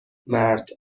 مرد